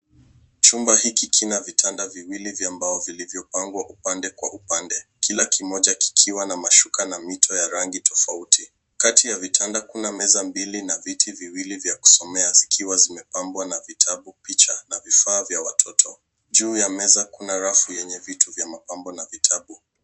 Chumba hiki kina vitanda viwili vya mbao vilivyopangwa upande kwa upande kila kimoja kikiwa na mashuka na mito ya rangi tofauti. Kati ya vitanda kuna meza mbili na viti viwili vya kusomea zikiwa zimepambwa na vitabu, picha na vifaa vya watoto. Juu ya meza kuna rafu yenye vitu vya mapambo na vitabu.